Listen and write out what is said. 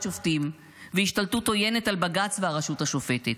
שופטים והשתלטות עוינת על בג"ץ והרשות השופטת.